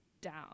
down